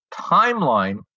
timeline